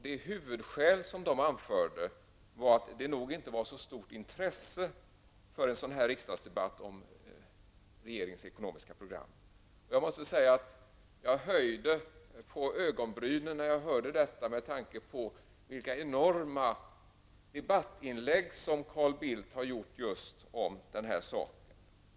Det huvudskäl som anfördes var att det nog inte var så stort intresse för en riksdagsdebatt om regeringens ekonomiska program. Med tanke på de enorma debattinlägg som Carl Bildt har gjort just om den här saken höjde jag på ögonbrynen.